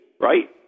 right